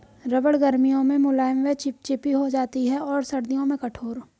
रबड़ गर्मियों में मुलायम व चिपचिपी हो जाती है और सर्दियों में कठोर